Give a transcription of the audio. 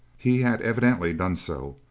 he had evidently done so.